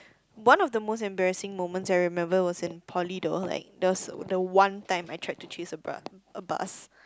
one of the most embarrassing moments I remember was in poly though like there was the one time I tried to chase a bra a bus